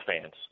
fans